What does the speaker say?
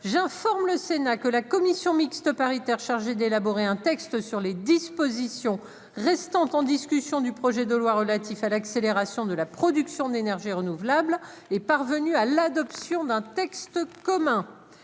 j'informe le Sénat que la commission mixte paritaire chargée d'élaborer un texte sur les dispositions restant en discussion du projet de loi relatif à l'accélération de la production d'énergies. Renouvelables les parvenu à l'adoption d'un texte commun.